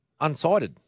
unsighted